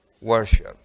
Worship